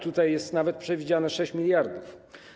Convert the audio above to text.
Tutaj jest nawet przewidziane 6 mld.